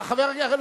רק רגע.